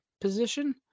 position